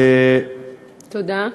תודה.